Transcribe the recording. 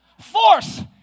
Force